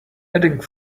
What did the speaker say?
adding